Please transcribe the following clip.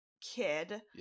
kid